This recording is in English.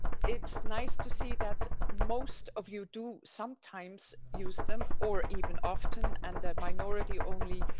it's nice to see that most of you do sometimes use them or even often, and the minority only